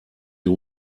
you